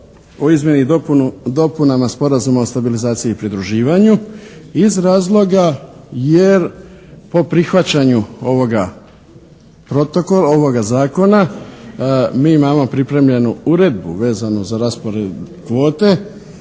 o izmjeni i dopunama Sporazuma o stabilizaciji i pridruživanju iz razloga jer po prihvaćanju ovoga protokola, ovoga zakona mi imamo pripremljenu uredbu vezano za raspored kvote